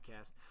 podcast